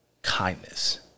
kindness